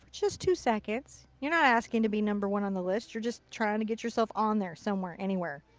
just two seconds. you're not asking to be number one on the list. you're just trying to get yourself on there. somewhere. anywhere.